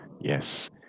Yes